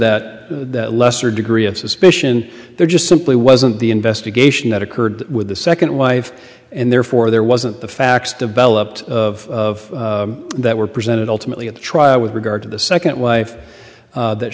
that lesser degree of suspicion they're just simply wasn't the investigation that occurred with the second wife and therefore there wasn't the facts to bell upped of that were presented ultimately at the trial with regard to the second wife that